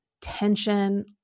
tension